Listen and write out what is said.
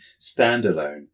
standalone